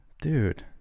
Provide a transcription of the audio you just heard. Dude